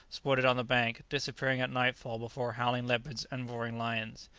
sported on the bank, disappearing at night-fall before howling leopards and roaring lions.